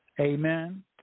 Amen